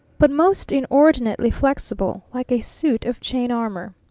but most inordinately flexible, like a suit of chain armor.